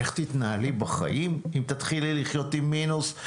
איך תתנהלי בחיים אם תתחילי לחיות עם מינוס?